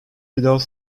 without